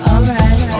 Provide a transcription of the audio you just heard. Alright